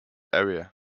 area